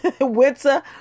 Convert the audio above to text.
winter